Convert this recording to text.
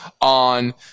on